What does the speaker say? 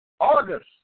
August